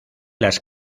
las